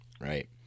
right